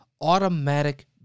automatic